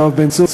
יואב בן צור,